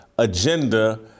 agenda